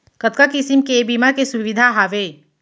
कतका किसिम के बीमा के सुविधा हावे?